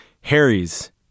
Harry's